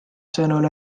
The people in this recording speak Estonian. sõnul